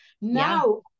Now